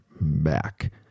back